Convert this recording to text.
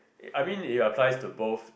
I mean it applies to both